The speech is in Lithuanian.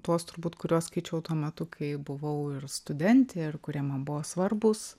tuos turbūt kuriuos skaičiau tuo metu kai buvau ir studentė ir kurie man buvo svarbūs